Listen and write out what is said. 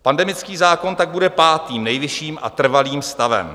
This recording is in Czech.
Pandemický zákon tak bude pátým nejvyšším a trvalým stavem.